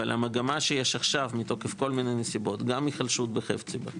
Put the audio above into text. אבל המגמה שיש עכשיו מתוקף כל מיני נסיבות גם היחלשות בחפציבה,